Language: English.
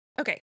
okay